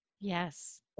Yes